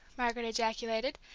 margaret ejaculated,